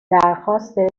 درخواست